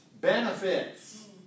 Benefits